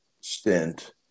stint